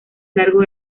largo